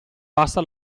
basta